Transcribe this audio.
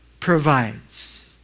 provides